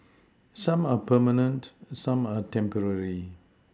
some are permanent some are temporary